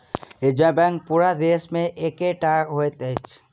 reserve Bank पूरा देश मे एकै टा होइत अछि